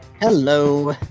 hello